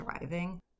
driving